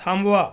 थांबवा